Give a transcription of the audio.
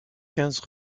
quinze